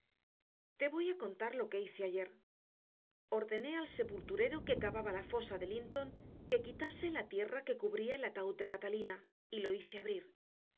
te voy a contar lo que hice ayer ordené al sepulturero que cavaba la fosa de linton que quitase la tierra que cubría el ataúd de catalina y lo hice abrir